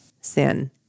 sin